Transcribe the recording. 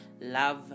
love